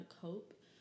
cope